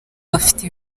bafite